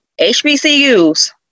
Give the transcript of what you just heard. HBCUs